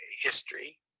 history